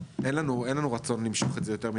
אין לנו רצון למשוך את זה יותר מזה.